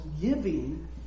giving